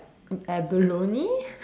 abalone